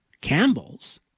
Campbell's